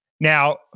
Now